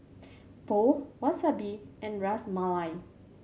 Pho Wasabi and Ras Malai